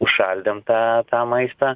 užšaldėm tą maistą